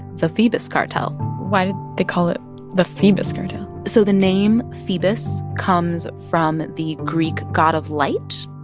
the phoebus cartel why did they call it the phoebus cartel? so the name phoebus comes from the greek god of light,